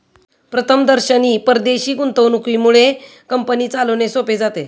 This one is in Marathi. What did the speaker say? प्रथमदर्शनी परदेशी गुंतवणुकीमुळे कंपनी चालवणे सोपे जाते